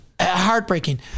heartbreaking